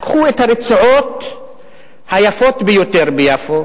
לקחו את הרצועות היפות ביותר ביפו